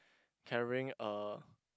carrying a